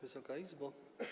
Wysoka Izbo!